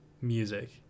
music